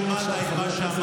אם שמעת את מה שאמרתי,